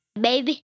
Baby